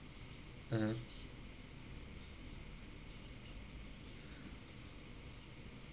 (uh huh)